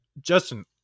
Justin